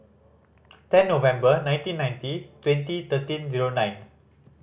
ten November nineteen ninety twenty thirteen zero nine